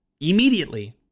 immediately